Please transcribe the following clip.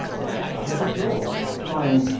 rushed out of the door crying,